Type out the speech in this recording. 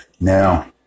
Now